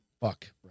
fuck